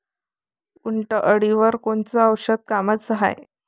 उंटअळीवर कोनचं औषध कामाचं हाये?